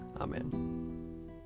Amen